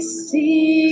see